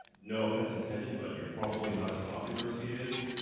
no offense intended, but you're probably not as popular as he is,